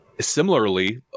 similarly